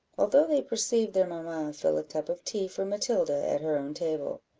although they perceived their mamma fill a cup of tea for matilda at her own table.